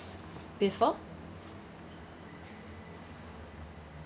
before